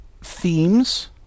themes